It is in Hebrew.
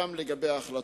גם לגבי ההחלטות.